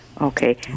Okay